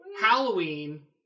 Halloween